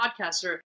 podcaster